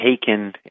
taken